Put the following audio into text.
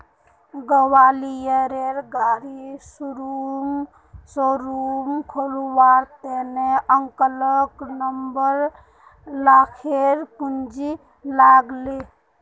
ग्वालियरेर गाड़ी शोरूम खोलवार त न अंकलक नब्बे लाखेर पूंजी लाग ले